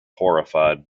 horrified